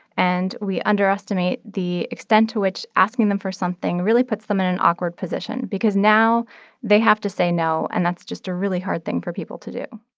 and we underestimate the extent to which asking them for something really puts them in an awkward position because now they have to say no, and that's just a really hard thing for people to do